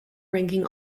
ranking